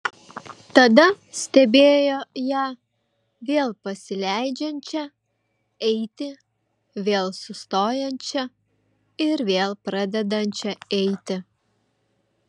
tada stebėjo ją vėl pasileidžiančią eiti vėl sustojančią ir vėl pradedančią eiti